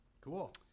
Cool